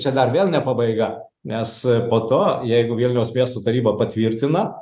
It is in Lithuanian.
čia dar vėl ne pabaiga nes po to jeigu vilniaus miesto taryba patvirtina